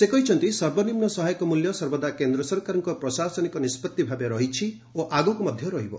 ସେ କହିଛନ୍ତି ସର୍ବନିମ୍ନ ସହାୟକ ମୂଲ୍ୟ ସର୍ବଦା କେନ୍ଦ୍ର ସରକାରଙ୍କ ପ୍ରଶାସନିକ ନିଷ୍ପଭି ଭାବେ ରହିଛି ଓ ଆଗକୁ ମଧ୍ୟ ରହିବ